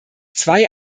zwei